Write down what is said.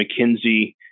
McKinsey